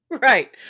Right